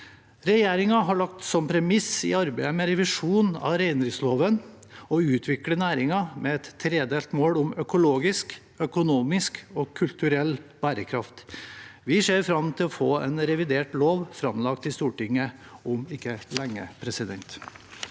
Regjeringen har lagt som premiss i arbeidet med revisjon av reindriftsloven å utvikle næringen med et tredelt mål om økologisk, økonomisk og kulturell bærekraft. Vi ser fram til å få en revidert lov framlagt i Stortinget om ikke lenge. Karianne